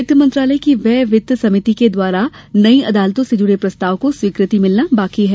वित्त मंत्रालय की व्यय वित्त समिति के द्वारा नई अदालतों से जुडे प्रस्ताव को स्वीकृति मिलना बाकी है